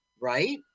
Right